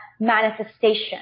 manifestation